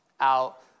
out